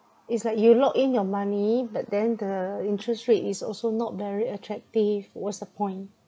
it's like you lock in your money but then the interest rate is also not very attractive what's the point